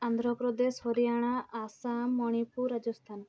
Andhra Pradesh Haryana Assam Manipur Rajasthan